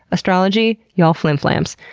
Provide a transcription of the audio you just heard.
astrology, y'all flimflams.